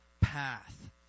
path